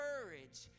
courage